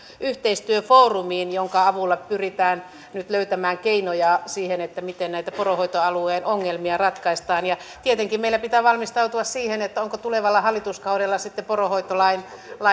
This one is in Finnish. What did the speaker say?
yhteistyöfoorumiin jonka avulla pyritään nyt löytämään keinoja siihen miten näitä poronhoitoalueen ongelmia ratkaistaan tietenkin meillä pitää valmistautua siihen onko tulevalla hallituskaudella sitten poronhoitolain